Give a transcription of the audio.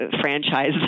franchise